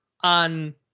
on